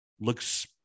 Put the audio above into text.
looks